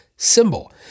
symbol